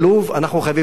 אנחנו חייבים לעזור.